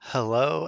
Hello